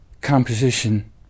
composition